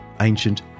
ancient